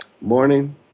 Morning